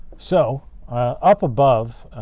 so up above,